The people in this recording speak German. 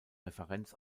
referenz